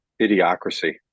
Idiocracy